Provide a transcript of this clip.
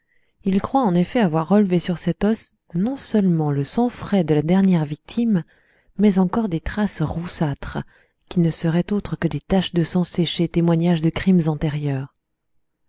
il croit en effet avoir relevé sur cet os non seulement le sang frais de la dernière victime mais encore des traces roussâtres qui ne seraient autres que des taches de sang séché témoignages de crimes antérieurs